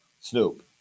Snoop